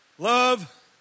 Love